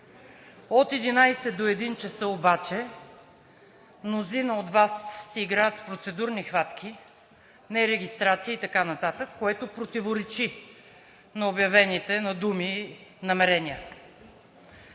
до 13,00 ч. обаче мнозина от Вас си играят с процедурни хватки – не регистрации и така нататък, което противоречи на обявените на думи намерения.